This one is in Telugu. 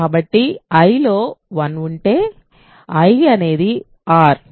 కాబట్టి 'I'లో 1 ఉంటే 'I' అనేది R